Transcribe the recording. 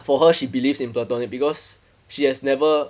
for her she believes in platonic because she has never